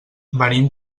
venim